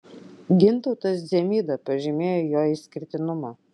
gintautas dzemyda pažymėjo jo išskirtinumą